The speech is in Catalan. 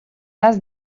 has